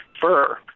fur